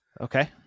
Okay